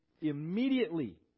immediately